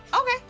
Okay